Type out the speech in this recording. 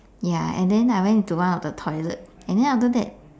ya and then I went into one of the toilet and then after that